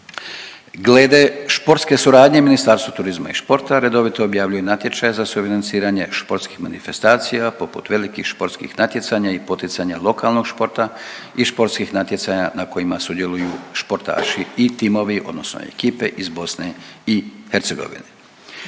Glede športske suradnje Ministarstvo turizma i športa redovito objavljuje natječaje za sufinanciranje športskih manifestacija poput velikih športskih natjecanja i poticanja lokalnog športa i športskih natjecanja na kojima sudjeluju športaši i timovi odnosno ekipe iz BIH.